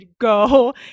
go